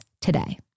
today